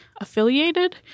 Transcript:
affiliated